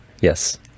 yes